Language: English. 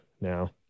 now